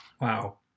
Wow